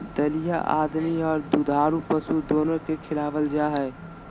दलिया आदमी आर दुधारू पशु दोनो के खिलावल जा हई,